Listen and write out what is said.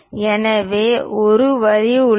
எனவே ஒரு வரி உள்ளது